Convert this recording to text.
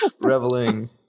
Reveling